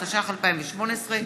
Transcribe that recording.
התשע"ח 2018,